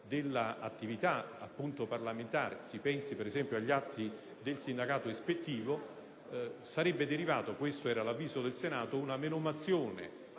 dell'attività parlamentare (si pensi, ad esempio, agli atti del sindacato ispettivo), sarebbe derivata - questo era l'avviso del Senato - una menomazione